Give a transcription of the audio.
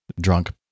drunk